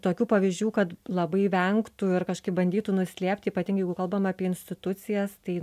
tokių pavyzdžių kad labai vengtų ir kažkaip bandytų nuslėpt ypatingai jeigu kalbam apie institucijas tai